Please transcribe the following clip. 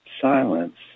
silence